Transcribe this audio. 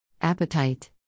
appetite